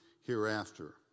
hereafter